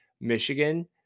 Michigan